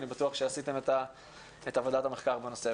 אני בטוח שעשיתם את עבודת המחקר בנושא.